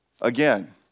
again